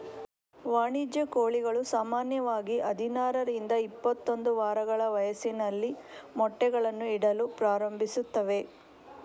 ವಾಣಿಜ್ಯ ಕೋಳಿಗಳು ಸಾಮಾನ್ಯವಾಗಿ ಹದಿನಾರರಿಂದ ಇಪ್ಪತ್ತೊಂದು ವಾರಗಳ ವಯಸ್ಸಿನಲ್ಲಿ ಮೊಟ್ಟೆಗಳನ್ನು ಇಡಲು ಪ್ರಾರಂಭಿಸುತ್ತವೆ